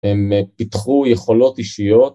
הם פיתחו יכולות אישיות.